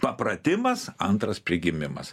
papratimas antras prigimimas